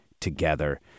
together